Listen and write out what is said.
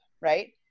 right